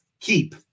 keep